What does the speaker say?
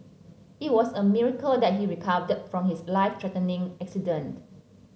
it was a miracle that he recovered from his life threatening accident